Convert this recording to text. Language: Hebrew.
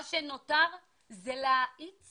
מה שנותר זה להאיץ